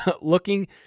looking